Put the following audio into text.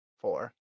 four